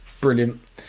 Brilliant